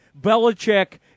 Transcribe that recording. Belichick